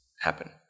happen